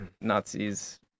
Nazis